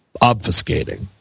obfuscating